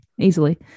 Easily